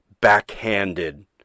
backhanded